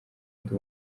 ndi